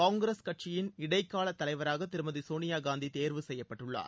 காங்கிரஸ் கட்சியின் இடைக்கால தலைவராக திருமதி சோனியா காந்தி தேர்வு செய்யப்பட்டுள்ளார்